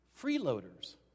freeloaders